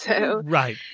Right